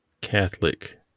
Catholic